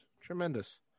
Tremendous